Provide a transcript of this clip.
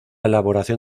elaboración